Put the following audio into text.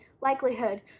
likelihood